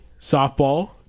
softball